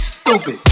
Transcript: Stupid